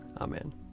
Amen